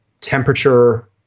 temperature